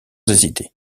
hésiter